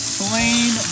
plain